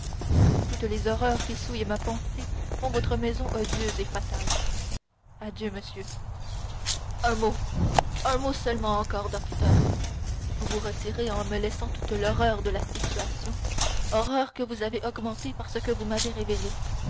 toutes les horreurs qui souillent ma pensée font votre maison odieuse et fatale adieu monsieur un mot un mot seulement encore docteur vous vous retirez me laissant toute l'horreur de la situation horreur que vous avez augmentée par ce que vous m'avez révélé